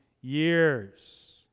years